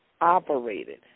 operated